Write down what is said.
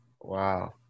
Wow